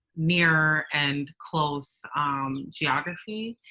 near and close um geography,